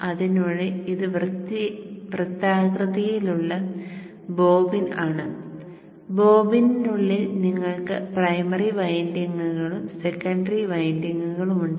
അതിനുള്ളിൽ ഇത് വൃത്താകൃതിയിലുള്ള ബോബിൻ ആണ് ബോബിനിനുള്ളിൽ നിങ്ങൾക്ക് പ്രൈമറി വൈൻഡിംഗുകളും സെക്കൻഡറി വൈൻഡിംഗുകളും ഉണ്ട്